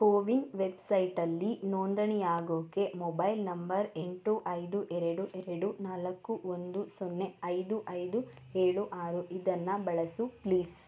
ಕೋವಿನ್ ವೆಬ್ಸೈಟಲ್ಲಿ ನೋಂದಣಿಯಾಗೋಕೆ mobile number ಎಂಟು ಐದು ಎರಡು ಎರಡು ನಾಲ್ಕು ಒಂದು ಸೊನ್ನೆ ಐದು ಐದು ಏಳು ಆರು ಇದನ್ನು ಬಳಸು ಪ್ಲೀಸ್